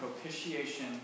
propitiation